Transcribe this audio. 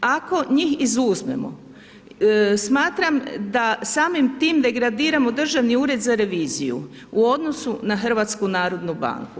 Ako njih izuzmemo smatram da samim tim degradiramo Državni ured za reviziju u odnosu na HNB.